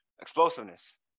Explosiveness